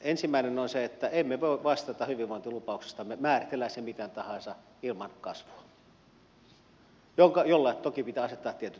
ensimmäinen on se että emme voi vastata hyvinvointilupauksistamme määritellään ne miten tahansa ilman kasvua jolle toki pitää asettaa tietyt reunaehdot